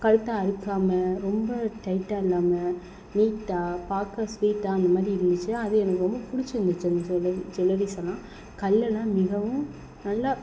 கழுத்தை அறுக்காம ரொம்ப டைட்டாக இல்லாம நீட்டாக பார்க்க ஸ்வீட்டாக அந்தமாதிரி இருந்துச்சி அது எனக்கு ரொம்ப பிடிச்சி இருந்துச்சு அந்த ஜூவல்லரி ஜூவல்லரிஸெல்லாம் கல்லெல்லாம் மிகவும் நல்லா